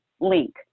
link